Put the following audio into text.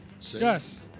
Yes